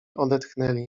odetchnęli